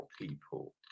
people